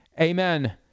Amen